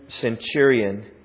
centurion